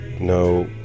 no